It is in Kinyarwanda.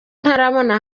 ntarabona